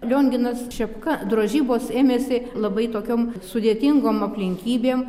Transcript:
lionginas šepka drožybos ėmėsi labai tokiom sudėtingom aplinkybėm